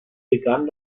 begann